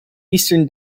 eastern